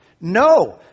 No